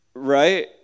right